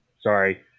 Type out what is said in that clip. sorry